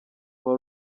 uwa